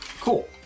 Cool